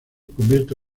convierte